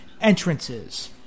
entrances